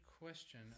question